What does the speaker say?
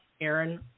Aaron